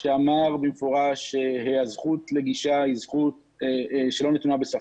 שאמר במפורש שהזכות לגישה היא זכות שלא נתונה בספק.